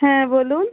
হ্যাঁ বলুন